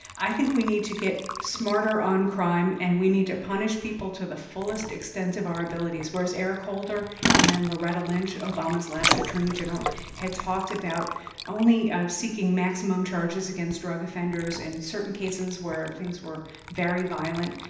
i think we need to get smarter on crime. and we need to punish people to the fullest extent of our abilities whereas eric holder and then loretta lynch obama's last attorney general had talked about only seeking maximum charges against drug offenders in certain cases where things were very violent.